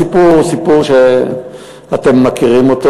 הסיפור הוא סיפור שאתם מכירים אותו.